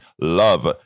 love